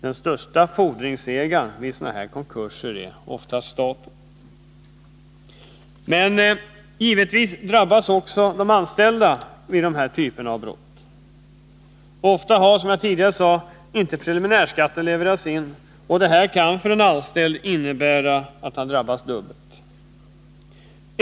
Den störste fordringsägaren vid sådana konkurser är ofta staten. Men givetvis drabbas också de anställda vid dessa typer av brott. Ofta har, som jag tidigare sade, inte preliminärskatten levererats in, och detta kan för en anställd innebära att han drabbas dubbelt.